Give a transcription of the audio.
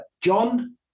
John